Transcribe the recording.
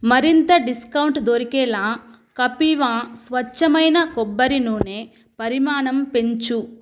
మరింత డిస్కాంట్ దొరికేలా కపీవ స్వచ్ఛమైన కొబ్బరి నూనె పరిమాణం పెంచు